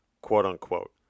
quote-unquote